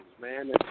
man